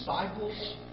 disciples